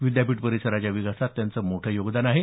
विद्यापीठ परिसराच्या विकासात त्यांचं मोठं योगदान आहे